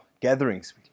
gatherings